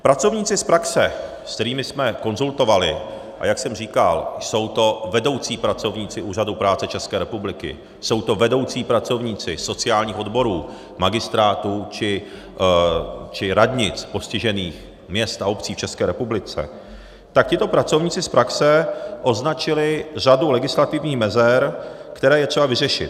Pracovníci z praxe, s kterými jsme konzultovali, a jak jsem říkal, jsou to vedoucí pracovníci Úřadu práce České republiky, jsou to vedoucí pracovníci sociálních odborů magistrátů či radnic postižených měst a obcí v České republice, tak tito pracovníci z praxe označili řadu legislativních mezer, které je třeba vyřešit.